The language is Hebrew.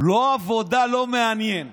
לא עבודה, לא מעניין.